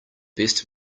best